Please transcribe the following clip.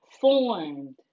formed